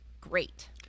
great